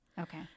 Okay